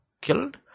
killed